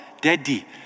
Daddy